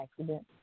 accident